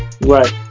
Right